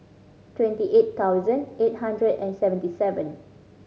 twenty eight thousand eight hundred and seventy seven